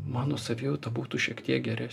mano savijauta būtų šiek tiek geres